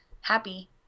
happy